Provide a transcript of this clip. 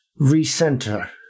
recenter